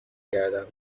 کردن